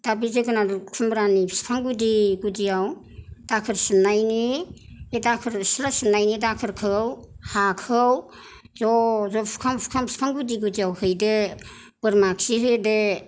दा बे जोगोनार खुमब्रानि बिफां गुदि गुदियाव दाखोर सिबनायनि बे दाखोर सिथ्ला सिबनायनि दाखोरखौ हाखौ ज' ज' फुखां फुखां बिफां गुदि गुदियाव हैदो बोरमा खि होदो